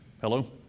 Hello